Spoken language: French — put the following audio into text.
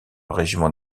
régiment